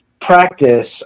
practice